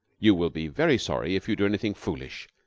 you will be very sorry if you do anything foolish.